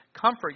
comfort